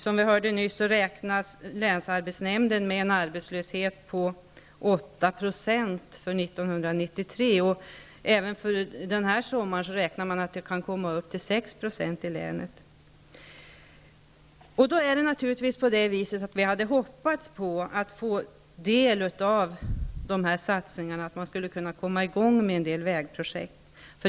Som vi nyss hörde räknar länsarbetsnämnden med en arbetslöshet på 8 % 1993. Den här sommaren räknar man med att arbetslösheten i länet kan komma att uppgå till 6 %. Vi hade hoppats få del av de här satsningarna, att man skulle kunna komma i gång med en del vägprojekt.